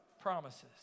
promises